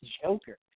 Joker